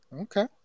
Okay